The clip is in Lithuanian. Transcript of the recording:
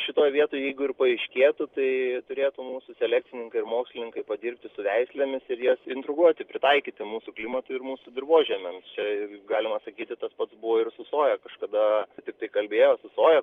šitoj vietoj jeigu ir paaiškėtų tai turėtų mūsų selekcininkai ir mokslininkai padirbti su veislėmis ir jas intruguoti pritaikyti mūsų klimatui ir mūsų dirvožemiams čia ir galima sakyti tas pat buvo ir su soja kažkada tiktai kalbėjo su soja